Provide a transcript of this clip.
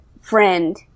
friend